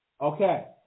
Okay